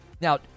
Now